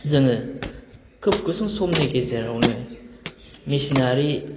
जोङो खोब गुसुं समनि गेजेरावनो मेसिनारि